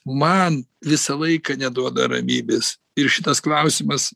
man visą laiką neduoda ramybės ir šitas klausimas